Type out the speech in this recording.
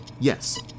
yes